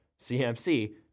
CMC